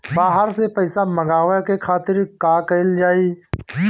बाहर से पइसा मंगावे के खातिर का कइल जाइ?